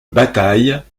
bataille